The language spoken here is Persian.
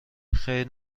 خیر